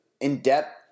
in-depth